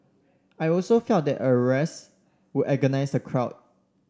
I also felt that arrests would antagonise the crowd